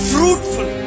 Fruitful